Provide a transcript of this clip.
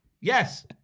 Yes